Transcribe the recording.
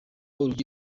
urugi